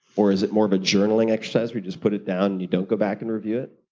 or is it more of a journaling exercise or just put it down and you don't go back and review it?